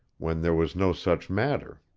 when there was no such matter.